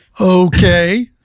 okay